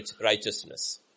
righteousness